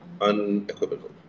unequivocal